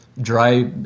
dry